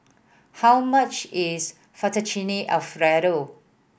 how much is Fettuccine Alfredo